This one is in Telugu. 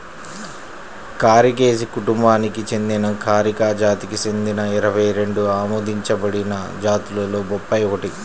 కారికేసి కుటుంబానికి చెందిన కారికా జాతికి చెందిన ఇరవై రెండు ఆమోదించబడిన జాతులలో బొప్పాయి ఒకటి